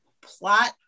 plot